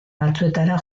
batzuetara